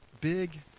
big